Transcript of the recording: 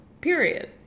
Period